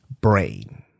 brain